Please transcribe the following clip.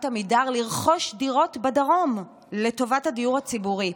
עמידר לרכוש דירות בדרום לטובת הדיור הציבורי,